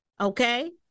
okay